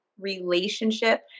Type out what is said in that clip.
relationship